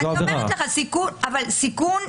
אני אומרת לך, אבל סיכון,